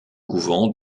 couvent